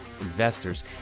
investors